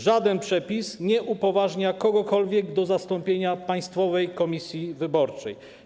Żaden przepis nie upoważnia kogokolwiek do zastąpienia Państwowej Komisji Wyborczej.